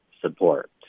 support